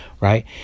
right